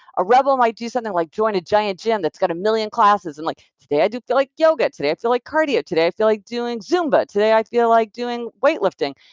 a rebel might do something like join a giant gym that's got a million classes and like, today, i do feel like yoga. today, i feel cardio. today, i feel like doing zumba. today, i feel like doing weightlifting.